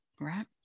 Right